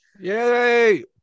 Yay